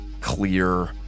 clear